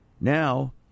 Now